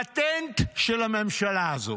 פטנט של הממשלה הזאת.